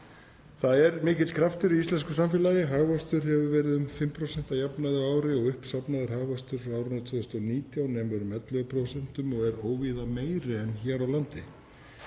Það er mikill kraftur í íslensku samfélagi, hagvöxtur hefur verið um 5% að jafnaði á ári og uppsafnaður hagvöxtur frá árinu 2019 nemur um 11% og er óvíða meiri en hér á landi.